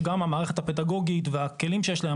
כלומר מכללות שגם המערכת הפדגוגית והכלים שיש להם,